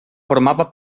formava